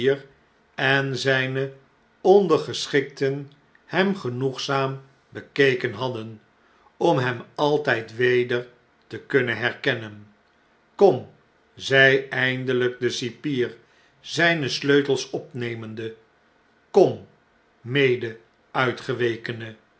en zn'ne ondergeschikten hem genoegzaam bekeken hadden om hem altfld weder te kunnen herkennen kom zei eindeljjk de cipier zn'ne sleutels opnemende kom mede uitgewekene